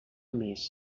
més